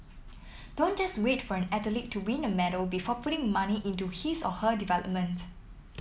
don't just wait for an athlete to win a medal before putting money into his or her development